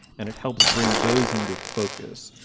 and it helps bring those into focus.